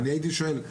אני הייתי שואל,